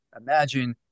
imagine